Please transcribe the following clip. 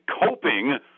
coping –